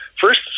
first